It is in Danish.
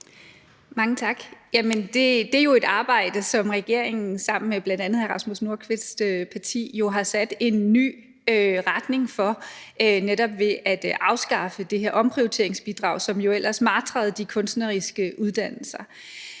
Mange tak. Det er jo et arbejde, som regeringen sammen med bl.a. hr. Rasmus Nordqvists parti har sat en ny retning for ved netop at afskaffe det her omprioriteringsbidrag, som jo ellers martrede de kunstneriske uddannelser.